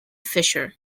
fisher